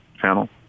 channel